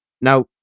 Now